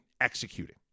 executing